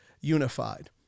unified